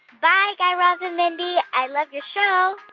bye, guy raz and mindy. i love your show